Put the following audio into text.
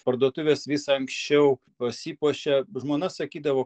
parduotuvės vis anksčiau pasipuošia žmona sakydavo